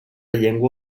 llengua